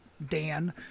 dan